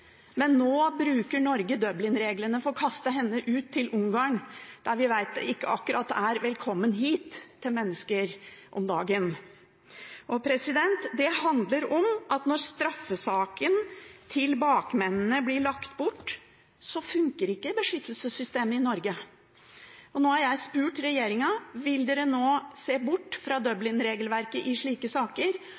men nå bruker Norge Dublin-reglene for å kaste henne ut til Ungarn, der vi veit at det ikke akkurat er «velkommen hit» til mennesker om dagen. Det handler om at når straffesaken til bakmennene blir lagt bort, funker ikke beskyttelsessystemet i Norge. Nå har jeg spurt regjeringen: Vil dere se bort fra Dublin-regelverket i slike saker?